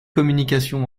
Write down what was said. communication